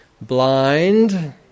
blind